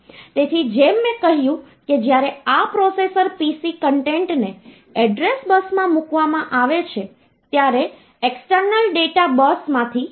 તેથી આ રીતે તમે કોઈપણ સંખ્યાને ડેસિમલ નંબર સિસ્ટમમાંથી અન્ય નંબર સિસ્ટમમાં રૂપાંતરિત કરી શકો છો અને તેને નંબર સિસ્ટમના આધાર દ્વારા વિભાજિત કરી શકો છો